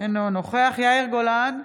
אינו נוכח יאיר גולן,